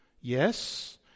Yes